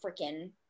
freaking